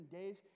days